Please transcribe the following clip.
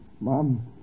Mom